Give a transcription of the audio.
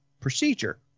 procedure